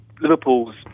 Liverpool's